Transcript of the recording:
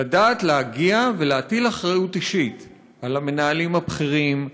לדעת להגיע ולהטיל אחריות אישית על המנהלים הבכירים,